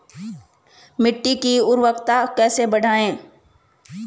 मिट्टी की उर्वरकता कैसे बढ़ायें?